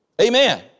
Amen